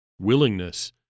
willingness